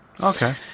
Okay